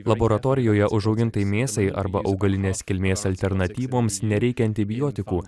laboratorijoje užaugintai mėsai arba augalinės kilmės alternatyvoms nereikia antibiotikų